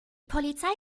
polizei